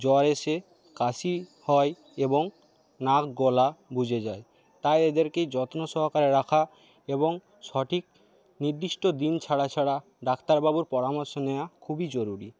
জ্বর এসে কাশি হয় এবং নাক গলা বুজে যায় তাই এদেরকে যত্ন সহকারে রাখা এবং সঠিক নির্দিষ্ট দিন ছাড়া ছাড়া ডাক্তারবাবুর পরামর্শ নেওয়া খুবই জরুরি